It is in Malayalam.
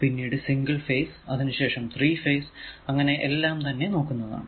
പിന്നീട് സിംഗിൾ ഫേസ് അതിനു ശേഷം ത്രീ ഫേസ് അങ്ങനെ എല്ലാം തന്നെ നോക്കുന്നതാണ്